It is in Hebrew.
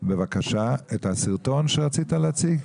את הסרטון שרצית להציג.